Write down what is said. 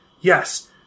Yes